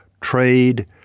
trade